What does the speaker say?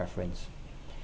preference